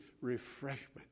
refreshment